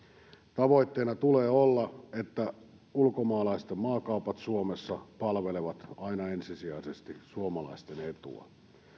tavoitteena tulee olla että ulkomaalaisten maakaupat suomessa palvelevat aina ensisijaisesti suomalaisten etua